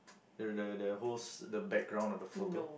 the the the whole the background of the photo